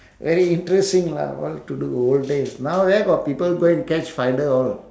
very interesting lah what to do old days now where got people go catch and spider all